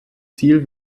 ziel